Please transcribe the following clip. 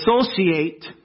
associate